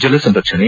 ಜಲಸಂರಕ್ಷಣೆ